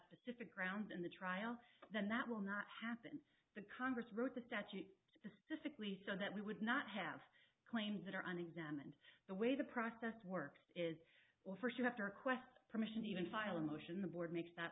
specific ground in the trial then that will not happen the congress wrote the statute sickly so that we would not have claims that are on examined the way the process works is well first you have to request permission even file a motion the board makes